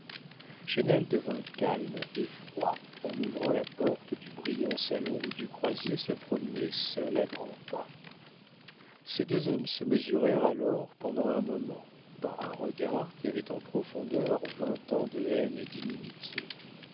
voudras chesnel devint calme et froid en ouvrant la porte du brillant salon où du croisier se promenait seul à grands pas ces deux hommes se mesurèrent alors pendant un moment par un regard qui avait en profondeur vingt ans de haine et